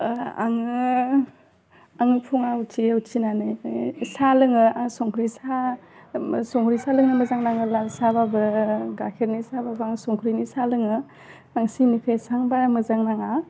आङो आं फुङाव उथियो उथिनानै साह लोङो आं संख्रि साहा संख्रि साहा लोंनो मोजां नाङो लाल साहाबाबो गाखेरनि साहबाबो आं संख्रिनि साहा लोङो आं सिनिखौ इसेबां बारा मोजां नाङा